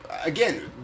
Again